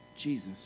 Jesus